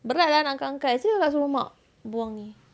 berat lah nak angkat-angkat cuba kakak suruh mak buang ni